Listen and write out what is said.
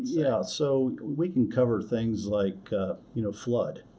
yeah. so, we can cover things like you know flood.